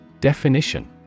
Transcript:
Definition